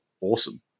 awesome